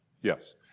Yes